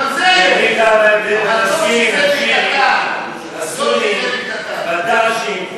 גם זה, מה ההבדל בין השיעים לסונים וה"דאעשים"?